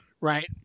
right